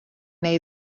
neu